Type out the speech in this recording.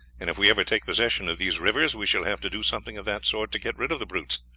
and if we ever take possession of these rivers, we shall have to do something of that sort to get rid of the brutes.